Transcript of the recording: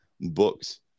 books